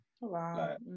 Wow